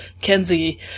Kenzie